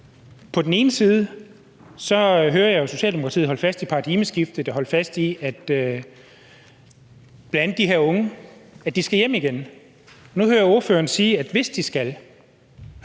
på den ene side hører jeg jo Socialdemokratiet holde fast i paradigmeskiftet og bl.a. holde fast i, at de her unge skal hjem igen, og nu hører jeg ordføreren sige, at det, hvis de skal